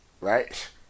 right